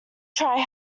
try